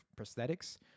prosthetics